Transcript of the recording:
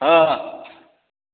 हाँ